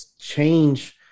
change